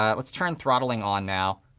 ah let's turn throttling on now.